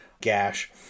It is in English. gash